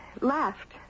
laughed